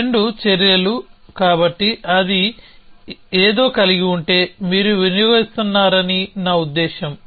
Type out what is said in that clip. రెండు చర్యలు కాబట్టి అది ఏదో కలిగి ఉంటే మీరు వినియోగిస్తున్నారని నా ఉద్దేశ్యం